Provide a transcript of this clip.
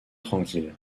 tranquilles